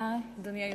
תודה, אדוני היושב-ראש.